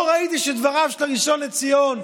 לא ראיתי שדבריו של הראשון לציון,